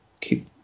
keep